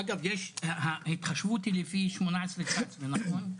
אגב, ההתחשבנות היא לפי 19'-18', נכון?